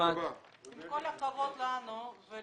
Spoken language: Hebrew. עם כל הכבוד לנו ולכל